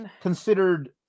considered